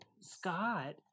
Scott